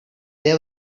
they